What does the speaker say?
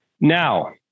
Now